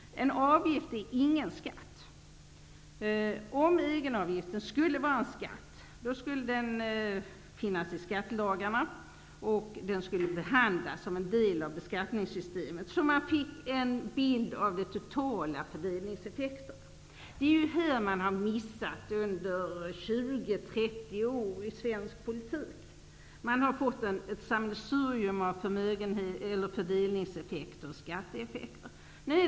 En avgift är ingen skatt. Om egenavgiften skulle vara en skatt, skulle den falla under skattelagarna och behandlas som en del av beskattningssystemet, så att man skulle kunna få en bild av de totala fördelningseffekterna. Den här punkten har man missat under 20--30 år i svensk politik. Man har fått ett sammelsurium av fördelningseffekter och skatteeffekter.